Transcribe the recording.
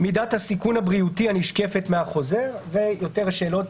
מידת הסיכון הבריאותי הנשקפת מהחוזר זה יותר שאלות